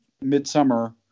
midsummer